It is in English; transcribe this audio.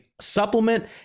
supplement